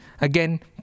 again